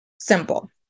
Simple